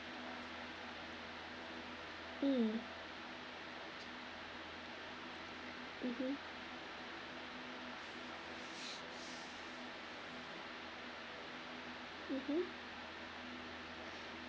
mm mmhmm mmhmm